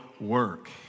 work